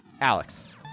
Alex